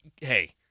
hey